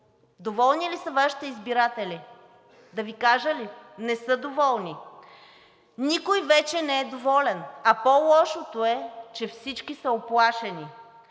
Доволни ли са Вашите избиратели? Да Ви кажа ли? Не са доволни. Никой вече не е доволен, а по-лошото е, че всички са уплашени.